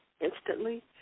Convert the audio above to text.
instantly